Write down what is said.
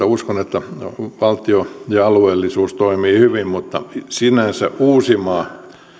uskon että valtio ja alueellisuus toimivat hyvin mutta sinänsä uusimaa